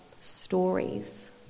stories